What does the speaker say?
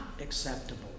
acceptable